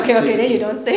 对对对